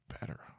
better